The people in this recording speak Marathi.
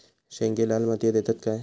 शेंगे लाल मातीयेत येतत काय?